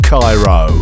Cairo